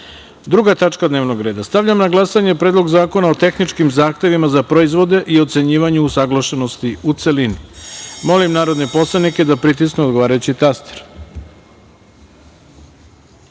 tačka dnevnog reda. Stavljam na glasanje Predlog zakona o tehničkim zahtevima za proizvode i ocenjivanje usaglašenosti, u celini. Molim narodne poslanike da pritisnu odgovarajući